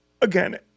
Again